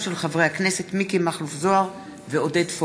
תודה.